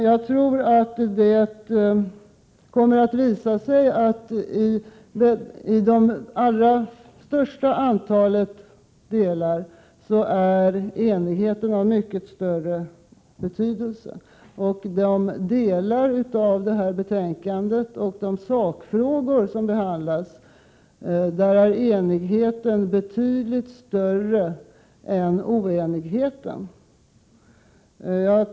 Jag tror ändå att det kommer att visa sig att enigheten i det allra största antalet frågor är av mycket större betydelse. I de sakfrågor som behandlas i detta betänkande är enigheten också betydligt större än oenigheten.